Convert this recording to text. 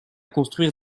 construire